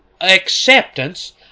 acceptance